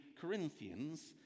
Corinthians